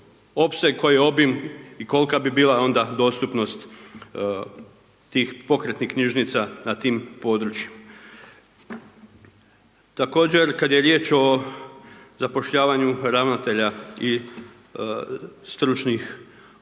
opseg, koji je obim i kolika bi bila onda dostupnost tih pokretnih knjižnica na tim područjima. Također kad je riječ o zapošljavanju ravnatelja i stručnih